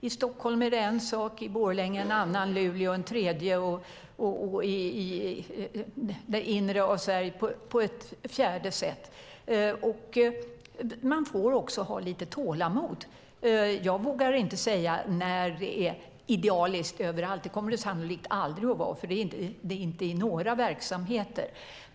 I Stockholm är det en sak, i Borlänge en annan, i Luleå en tredje och i det inre av Sverige på ett fjärde sätt. Man får också ha lite tålamod. Jag vågar inte säga när det är idealiskt överallt. Det kommer det sannolikt aldrig att vara, för det är det inte i några verksamheter.